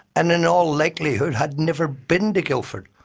and in all likelihood had never been to guildford.